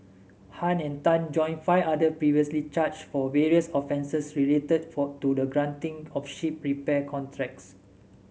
Han and Tan join five others previously charged for various offences related for to the granting of ship repair contracts